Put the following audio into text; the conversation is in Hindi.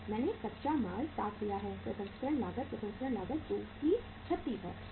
मैंने कच्चा माल 60 लिया है प्रसंस्करण लागत प्रसंस्करण लागत जो 36 है